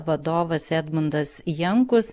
vadovas edmundas jankus